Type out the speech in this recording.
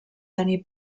tenir